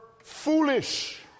foolish